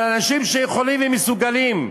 אבל אנשים שיכולים ומסוגלים,